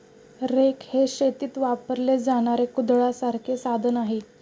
rake हे शेतीत वापरले जाणारे कुदळासारखे साधन आहे